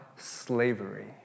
Slavery